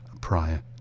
prior